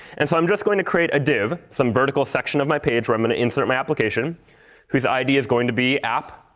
and so i'm just going to create a div some vertical section of my page where i'm going and to insert my application whose id is going to be app.